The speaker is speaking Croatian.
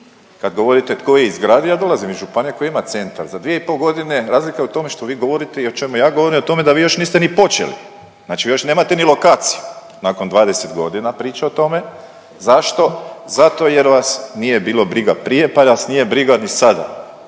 kad govorite tko je izgradio, ja dolazim iz županije koja ima centar, za 2,5 godina, razlika je u tome što vi govorite i o čemu ja govorim o tome da vi još niste ni počeli, znači vi još nemate ni lokaciju nakon 20 godina priče o tome, zašto? Zato jer vas nije bilo briga prije pa vas nije briga ni sada.